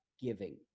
giving